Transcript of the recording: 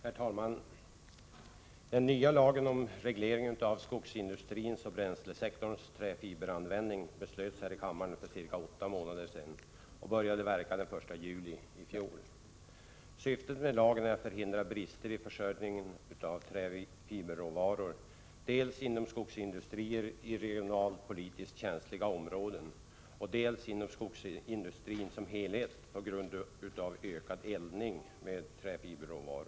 Herr talman! Den nya lagen om reglering av skogsindustrins och bränslesektorns träfiberanvändning beslöts här i kammaren för cirka åtta månader sedan och började verka den 1 juli i fjol. Syftet med lagen är att förhindra brister i försörjningen med träfiberråvara, dels inom skogsindustrier i regionalpolitiskt känsliga områden, dels inom skogsindustrin som helhet, med tanke på ökad eldning med träfiberråvara.